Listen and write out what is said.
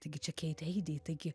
taigi čia keit heidi taigi